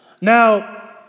Now